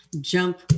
jump